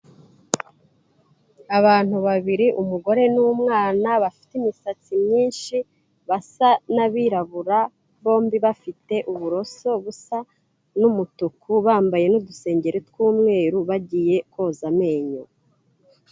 Abantu babiri umugore n'umwana bafite imisatsi myinshi basa n'abirabura, bombi bafite uburoso busa n'umutuku bambaye n'udusengeri tw'umweru bagiye koza amenyo.